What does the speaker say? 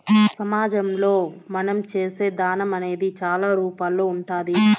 సమాజంలో మనం చేసే దానం అనేది చాలా రూపాల్లో ఉంటాది